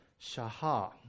shaha